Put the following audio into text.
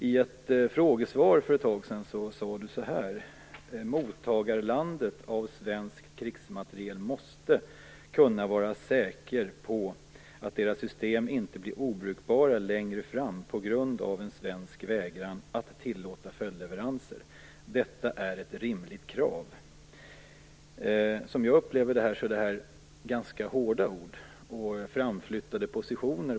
I ett frågesvar för ett tag sedan sade statsrådet: Mottagarlandet av svensk krigsmateriel måste kunna vara säkert på att systemen inte blir obrukbara längre fram på grund av en svensk vägran att tillåta följdleveranser. Detta är ett rimligt krav. Som jag upplever det är detta ganska hårda ord, som innebär framflyttade positioner.